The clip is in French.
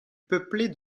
peuplée